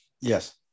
Yes